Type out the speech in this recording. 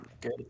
Good